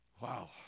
Wow